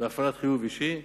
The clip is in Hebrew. הפעלת חיוב אישי.